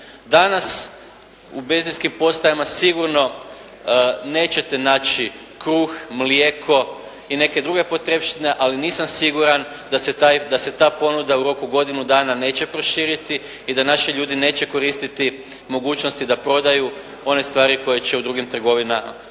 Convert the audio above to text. Danas u benzinskim postajama sigurno nećete naći kruh, mlijeko i neke druge potrepštine, ali nisam siguran da se ta ponuda u roku godinu dana neće proširiti i da naši ljudi neće koristiti mogućnosti da prodaju one stvari koje će u drugim trgovinama biti